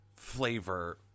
flavor